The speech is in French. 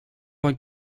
vingt